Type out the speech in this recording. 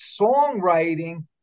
songwriting